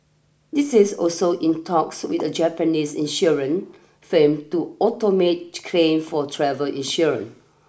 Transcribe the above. this is also in talks with a Japanese insurance firm to automate claim for travel insurance